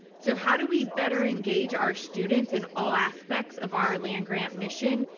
so, how do we better engage our students in all aspects of our land-grant mission?